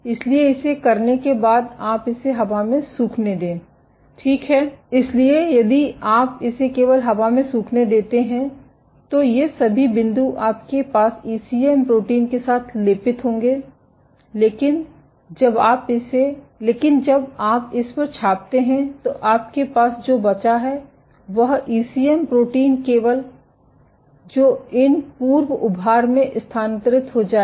इसलिए इसे करने के बाद आप इसे हवा में सूखने दें ठीक है इसलिए यदि आप इसे केवल हवा में सूखने देते हैं तो ये सभी बिंदु आपके ईसीएम प्रोटीन के साथ लेपित होंगे लेकिन जब आप इस पर छापते हैं तो आपके पास जो बचा है वह ईसीएम प्रोटीन केवल जो इन पूर्व उभार में स्थानांतरित हो जाएगा